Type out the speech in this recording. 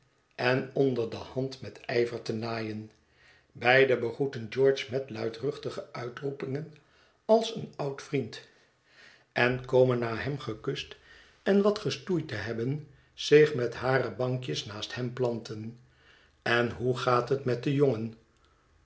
en onder de hand met ijver te naaien beide begroeten george met luidruchtige uitroepingen als een oud vriend en komen na hem gekust en wat gestoeid te hebben zich met hare bankjes naast hem planten en hoe gaat het met den jongen